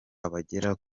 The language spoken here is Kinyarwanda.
abagera